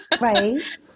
right